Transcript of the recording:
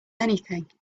anything